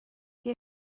die